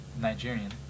Nigerian